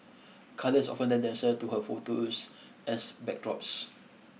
colours often lend themselves to her photos as backdrops